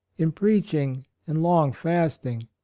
in preaching and long fasting,